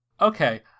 Okay